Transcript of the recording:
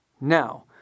Now